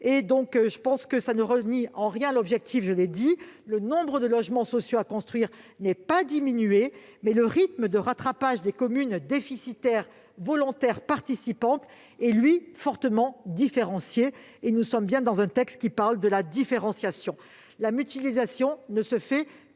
ne remet pas en cause l'objectif général. Je l'ai dit : le nombre de logements sociaux à construire n'est pas diminué, mais le rythme de rattrapage des communes déficitaires volontaires participantes sera lui fortement différencié. Nous sommes bien dans un texte qui traite de différenciation. La mutualisation ne se fera